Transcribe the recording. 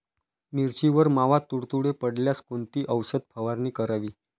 मिरचीवर मावा, तुडतुडे पडल्यास कोणती औषध फवारणी करावी?